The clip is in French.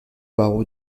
barreau